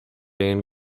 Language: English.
and